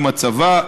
עם הצבא,